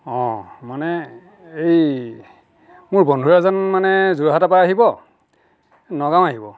অঁ মানে এই মোৰ বন্ধু এজন মানে যোৰহাটৰপৰা আহিব নগাঁও আহিব